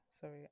sorry